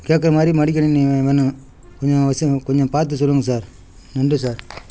கேக்கிற மாதிரி மடிக்கணினி வே வேணும் கொஞ்சம் அவசியம் கொஞ்சம் பார்த்து சொல்லுங்கள் சார் நன்றி சார்